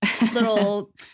little